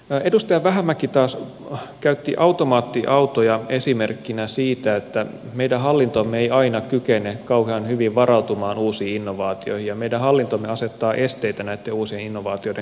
edustaja vähämäki taas käytti automaattiautoja esimerkkinä siitä että meidän hallintomme ei aina kykene kauhean hyvin varautumaan uusiin innovaatioihin ja meidän hallintomme asettaa esteitä näitten uusien innovaatioiden käyttöönotolle